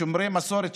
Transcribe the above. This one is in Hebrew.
שומרי מסורת,